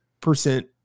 percent